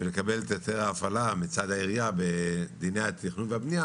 ולקבל את היתר ההפעלה מצד העירייה בדיני התכנון והבנייה